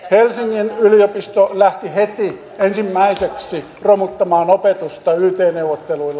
helsingin yliopisto lähti heti ensimmäiseksi romuttamaan opetusta yt neuvotteluilla